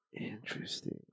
Interesting